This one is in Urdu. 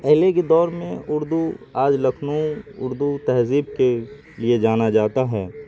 پہلے کے دور میں اردو آج لکھنؤ اردو تہذیب کے لیے جانا جاتا ہے